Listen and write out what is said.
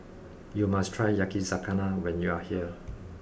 you must try Yakizakana when you are here